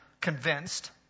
convinced